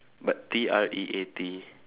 what T R E A T